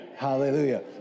Hallelujah